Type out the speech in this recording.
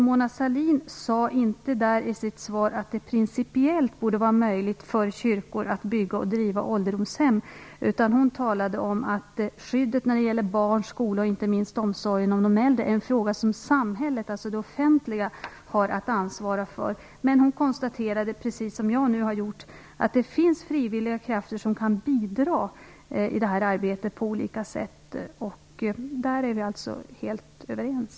Mona Sahlin sade inte i sitt svar att det principiellt borde vara möjligt för kyrkor att bygga och driva ålderdomshem. Hon talade om att skyddet när det gäller barn, skola och inte minst omsorgen om de äldre är en fråga som samhället - alltså det offentliga - har att ansvara för. Hon konstaterade precis som jag nu har gjort att det finns frivilliga krafter som kan bidra i det arbetet på olika sätt. Där är vi helt överens.